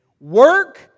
Work